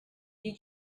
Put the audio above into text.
you